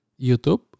YouTube